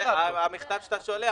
המכתב שאתה שולח,